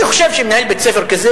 אני חושב שמנהל בית-ספר כזה,